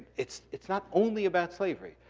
it's it's not only about slavery,